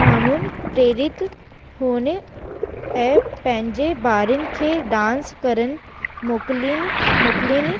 माण्हुनि प्रेरित हुन ऐं पंहिंजे ॿारनि खे डांस करणु मोकिलीनि मोकिलीनि